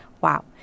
Wow